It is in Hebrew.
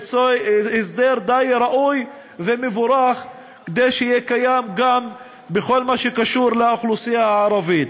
ליצור הסדר ראוי ומבורך שיהיה קיים גם בכל מה שקשור לאוכלוסייה הערבית.